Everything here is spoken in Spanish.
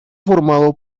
formado